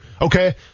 Okay